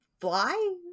fly